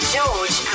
George